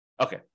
Okay